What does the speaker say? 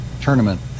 tournament